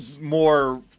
more